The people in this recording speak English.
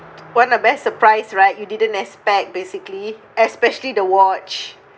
what a best surprise right you didn't expect basically especially the watch